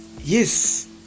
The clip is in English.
yes